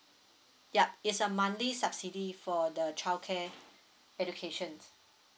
yup it's a monthly subsidy for the childcare education